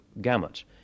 gamut